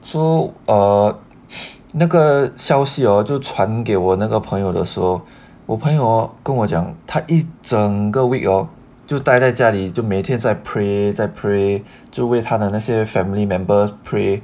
so err 那个消息就传给我那个朋的时候我朋友 hor 跟我讲他一整个 week hor 就待在家里就每天在 pray 在 pray 就为他的那些 family members pray